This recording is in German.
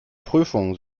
prüfung